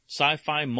Sci-Fi